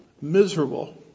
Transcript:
miserable